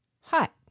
Hot